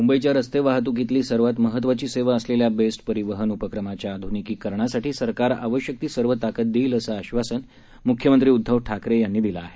मुंबईच्यारस्ते वाहतुकीतलीसर्वातमहत्वाचीसेवाअसलेल्याबेस्टपरिवहनउपक्रमाच्याआधूनिकीकरणासाठीसरकारआवश्यकतीसर्वताकददेईलअसंआश्वा सनमुख्यमंत्रीउद्धवठाकरेयांनीदिलंआहे